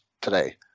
today